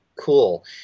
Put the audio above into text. cool